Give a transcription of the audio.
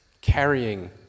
carrying